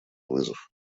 вызов